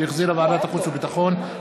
שהחזירה ועדת החוץ והביטחון,